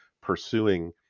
pursuing